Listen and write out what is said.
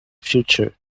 future